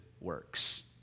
works